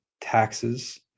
taxes